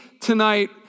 tonight